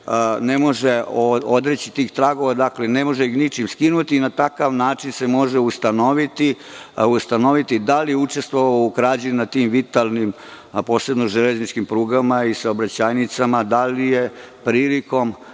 ne može odreći tih tragova. Dakle, ne može ih ničim skinuti. Na takav način se može ustanoviti da li je učestvovao u krađi u tim vitalnim, posebno železničkim prugama i saobraćajnicama, da li je prilikom